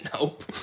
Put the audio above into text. Nope